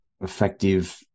effective